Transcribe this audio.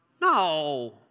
No